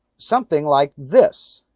something like this.